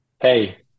Hey